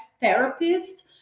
therapist